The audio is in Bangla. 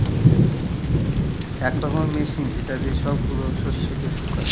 এক রকমের মেশিন যেটা দিয়ে সব গুলা শস্যকে শুকায়